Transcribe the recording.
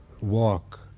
walk